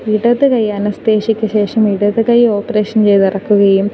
ഇടതു കൈ അനസ്തേഷ്യക്കു ശേഷം ഇടതു കൈ ഓപ്പറേഷൻ ചെയ്തിറക്കുകയും